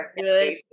good